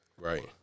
Right